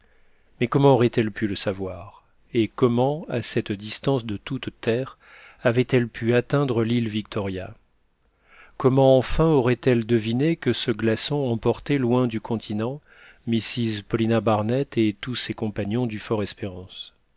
mais comment aurait-elle pu le savoir et comment à cette distance de toute terre avait-elle pu atteindre l'île victoria comment enfin aurait-elle deviné que ce glaçon emportait loin du continent mrs paulina barnett et tous ses compagnons du